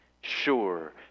sure